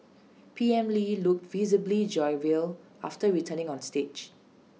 P M lee looked visibly jovial after returning on stage